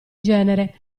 genere